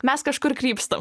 mes kažkur krypstam